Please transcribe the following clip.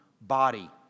body